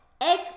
egg